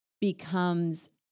becomes